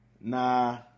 Nah